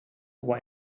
why